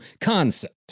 concept